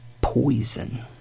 poison